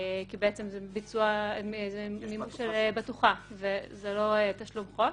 כי בעצם זה מימוש של בטוחה ולא תשלום חוב.